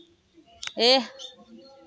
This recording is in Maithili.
एह